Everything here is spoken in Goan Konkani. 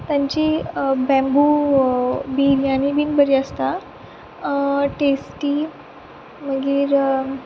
तांची बॅम्बू बरी आसता टेस्टी मागीर